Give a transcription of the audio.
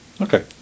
Okay